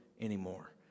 Anymore